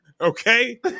okay